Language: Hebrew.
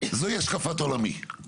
זוהי השקפת עולמי.